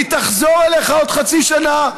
היא תחזור אליך עוד חצי שנה.